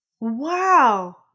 Wow